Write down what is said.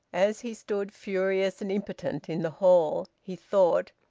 as he stood furious and impotent in the hall, he thought,